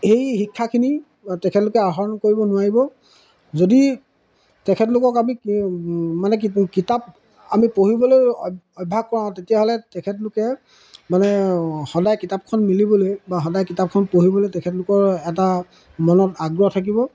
সেই শিক্ষাখিনি তেখেতলোকে আহৰণ কৰিব নোৱাৰিব যদি তেখেতলোকক আমি মানে কিতাপ আমি পঢ়িবলৈ অভ্যাস কৰাওঁ তেতিয়াহ'লে তেখেতলোকে মানে সদায় কিতাপখন মিলিবলৈ বা সদায় কিতাপখন পঢ়িবলৈ তেখেতলোকৰ এটা মনত আগ্ৰহ থাকিব